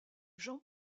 jean